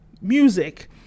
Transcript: music